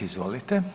Izvolite.